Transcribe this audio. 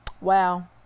Wow